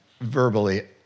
verbally